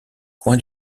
coin